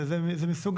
זה מסוג